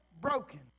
broken